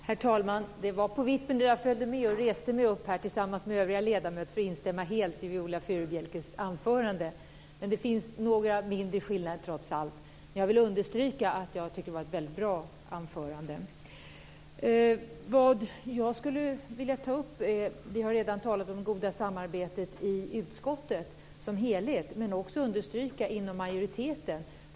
Herr talman! Det var på vippen att jag reste mig upp tillsammans med övriga ledamöter för att instämma helt i Viola Furubjelkes anförande. Men det finns trots allt några mindre skillnader. Jag vill understryka att det var ett väldigt bra anförande. Vi har redan talat om det goda samarbetet i utskottet som helhet. Men det har också varit ett gott samarbete inom majoriteten.